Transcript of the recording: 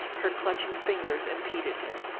her clutching fingers impeded him.